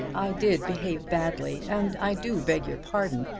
i did behave badly, and i do beg your pardon.